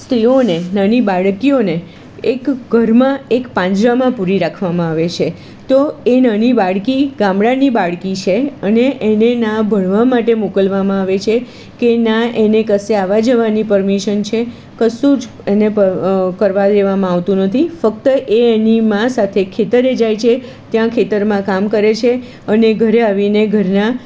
સ્ત્રીઓને નાની બાળકીઓને એક ઘરમાં એક પાંજરામાં પૂરી રાખવામાં આવે છે તો એ નાની બાળકી ગામડાની બાળકી છે અને એને ના ભણવા માટે મોકલવામાં આવે છે કે ના એને કશે આવવા જવાની પરમીશન છે કશું જ એને કરવા દેવામાં આવતું નથી ફક્ત એ એની મા સાથે ખેતરે જાય છે ત્યાં ખેતરમાં કામ કરે છે અને ઘરે આવીને ઘરના